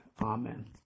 Amen